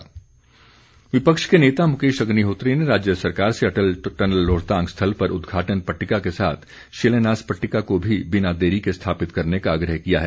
अग्निहोत्री विपक्ष के नेता मुकेश अग्निहोत्री ने राज्य सरकार से अटल टनल रोहतांग स्थल पर उद्घाटन पट्टिका के साथ शिलान्यास पट्टिका को भी बिना देरी के स्थापित करने का आग्रह किया है